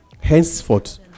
henceforth